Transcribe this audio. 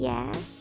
Yes